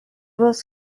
was